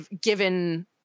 given